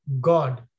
God